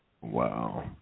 Wow